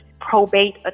probate